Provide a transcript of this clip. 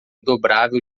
dobrável